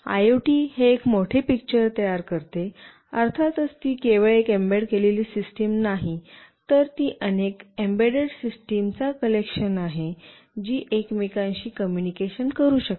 IoT एक मोठे picture तयार करते अर्थातच ती केवळ एक एम्बेड केलेली सिस्टम नाही तर ती अनेक एम्बेडेड सिस्टम चा कलेक्शन आहे जी एकमेकांशी कम्युनिकेशन करू शकतात